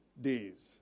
days